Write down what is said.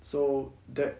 so that